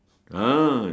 ah